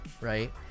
Right